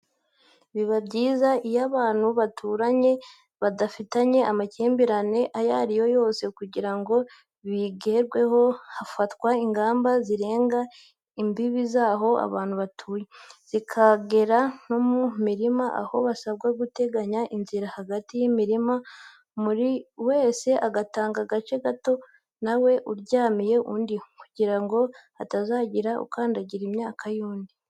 Biba byiza iyo abantu baturanye badafitanye amakimbirane ayo ariyo yose kugira ngo bigerweho hafatwa ingamba zirenga imbibi z'aho abantu batuye, zikagera no mu mirima, aho basabwa guteganya inzira hagati y'imirima, buri wese agatanga agace gato nta we uryamiye undi, kugira ngo hatazagira ukandagira imyaka y'undi.